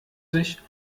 sich